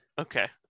Okay